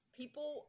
people